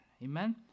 Amen